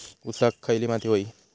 ऊसाक खयली माती व्हयी?